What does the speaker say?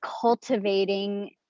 cultivating